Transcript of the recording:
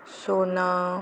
सोना